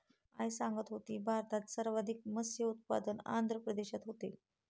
आई सांगत होती, भारतात सर्वाधिक मत्स्य उत्पादन आंध्र प्रदेशात होते